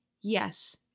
Yes